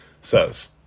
says